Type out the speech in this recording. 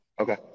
Okay